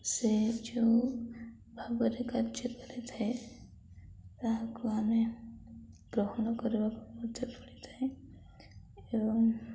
ସେ ଯେଉଁ ଭାବରେ କାର୍ଯ୍ୟ କରିଥାଏ ତାହାକୁ ଆମେ ଗ୍ରହଣ କରିବାକୁ ମଧ୍ୟ ପଡ଼ିଥାଏ ଏବଂ